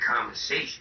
conversation